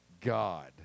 god